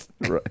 right